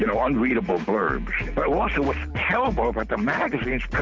you know unreadable blurbs. but it wasn't was terrible about the magazines,